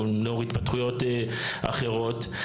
לאור התפתחויות אחרות,